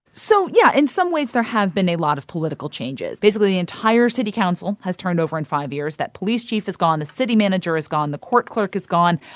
so yeah. in some ways, there have been a lot of political changes. basically, the entire city council has turned over in five years. that police chief is gone. the city manager is gone. the court clerk is gone.